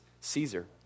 Caesar